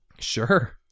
sure